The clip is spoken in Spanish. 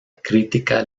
crítica